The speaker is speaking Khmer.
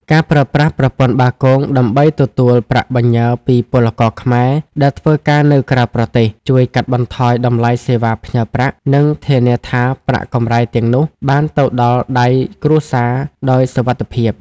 ការប្រើប្រាស់ប្រព័ន្ធបាគងដើម្បីទទួលប្រាក់បញ្ញើពីពលករខ្មែរដែលធ្វើការនៅក្រៅប្រទេស ជួយកាត់បន្ថយតម្លៃសេវាផ្ញើប្រាក់ និងធានាថាប្រាក់កម្រៃទាំងនោះបានទៅដល់ដៃគ្រួសារដោយសុវត្ថិភាព។